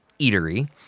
Eatery